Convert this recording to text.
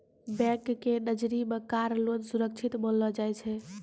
bank के नजरी मे कार लोन सुरक्षित मानलो जाय छै